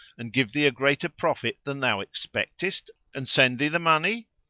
and give thee a greater profit than thou expectest, and send thee the money?